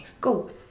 Go